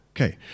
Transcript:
Okay